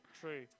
true